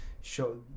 Show